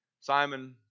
Simon